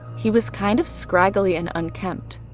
he was kind of scraggy and unkempt,